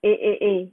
eh eh eh